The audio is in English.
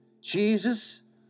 Jesus